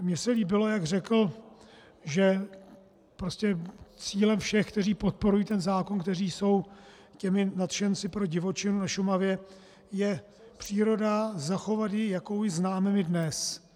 Mně se líbilo, jak řekl, že cílem všech, kteří podporují zákon, kteří jsou těmi nadšenci pro divočinu na Šumavě, je příroda, zachovat ji, jakou ji známe dnes.